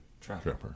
Trapper